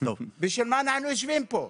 בשביל מה אנחנו יושבים פה?